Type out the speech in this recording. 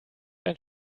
ein